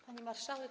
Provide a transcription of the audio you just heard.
Pani Marszałek!